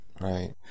Right